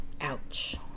Ouch